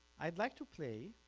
i'd like to play